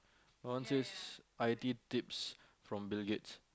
I want this i_t tips from bill-gates